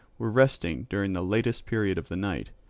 were resting during the latest period of the night,